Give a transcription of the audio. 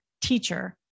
teacher